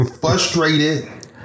frustrated